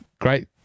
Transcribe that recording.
great